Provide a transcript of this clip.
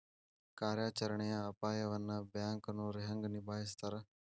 ಕಾರ್ಯಾಚರಣೆಯ ಅಪಾಯವನ್ನ ಬ್ಯಾಂಕನೋರ್ ಹೆಂಗ ನಿಭಾಯಸ್ತಾರ